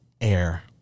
air